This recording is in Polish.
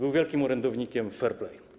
Był wielkim orędownikiem fair play.